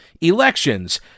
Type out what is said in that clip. elections